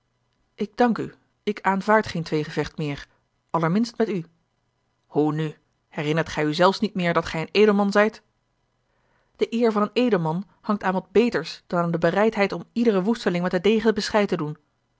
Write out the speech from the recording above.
ik dank u ik aanvaard geen tweegevecht meer allerminst met u hoe nù herinnert gij u zelfs niet meer dat gij een edelman zijt de eer van een edelman hangt aan wat beters dan aan de bereidheid om iederen woesteling met den degen bescheid te doen